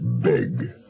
Big